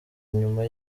inyuma